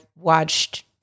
watched